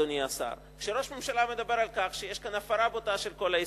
אדוני השר: כשראש ממשלה מדבר על כך שיש כאן הפרה בוטה של כל ההסכמים,